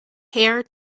hair